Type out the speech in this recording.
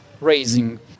raising